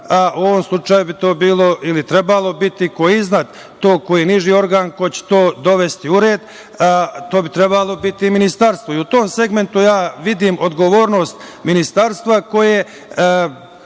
u ovom slučaju bi to bilo ili trebalo biti, koji je iznad tog ko je niži organ, ko će to dovesti u red. To bi trebalo biti ministarstvo. U tom segmentu vidim odgovornost ministarstva koje